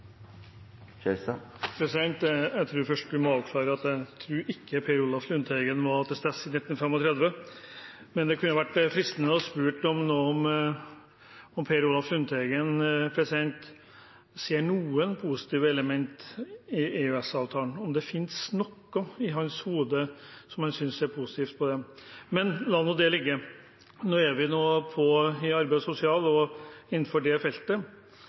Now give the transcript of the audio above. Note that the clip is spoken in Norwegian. Jeg tror vi først må avklare at Per Olaf Lundteigen ikke var til stede i 1935. Men det kunne være fristende å spørre om Per Olaf Lundteigen ser noen positive elementer i EØS-avtalen, om det finnes noe i hans hode som han synes er positivt ved den. Men la nå det ligge. Nå er vi innenfor arbeids- og sosialfeltet. Jeg hører Lundteigen prate med klar og konsis utestemme, og